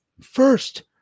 first